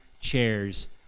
chairs